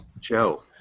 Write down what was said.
Joe